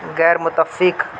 غیرمتفق